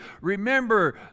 remember